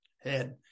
head